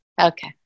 Okay